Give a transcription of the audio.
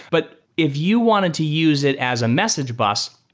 but if you wanted to use it as a message bus,